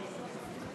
בבקשה,